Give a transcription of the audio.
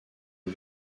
les